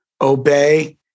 obey